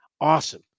awesome